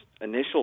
initial